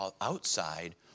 Outside